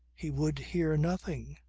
he would hear nothing.